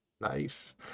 nice